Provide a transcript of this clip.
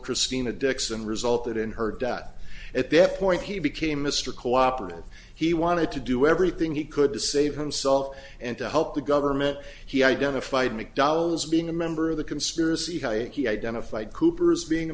christina dixon resulted in her dad at that point he became mr cooperative he wanted to do everything he could to save himself and to help the government he identified mcdonald's being a member of the conspiracy how he identified cooper as being a